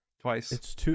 twice